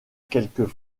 quelques